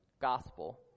gospel